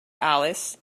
alice